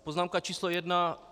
Poznámka číslo jedna.